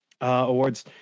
awards